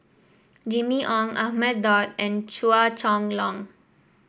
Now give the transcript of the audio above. Jimmy Ong Ahmad Daud and Chua Chong Long